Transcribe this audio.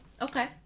Okay